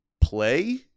play